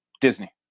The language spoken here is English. Disney